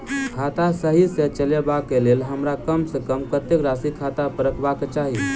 खाता सही सँ चलेबाक लेल हमरा कम सँ कम कतेक राशि खाता पर रखबाक चाहि?